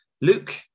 luke